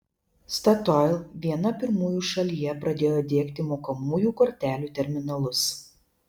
statoil viena pirmųjų šalyje pradėjo diegti mokamųjų kortelių terminalus